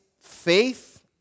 faith